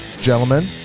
Gentlemen